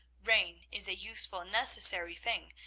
rain is a useful and necessary thing,